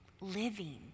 living